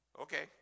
Okay